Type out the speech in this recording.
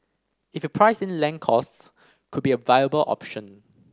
if you price in land costs could be a viable option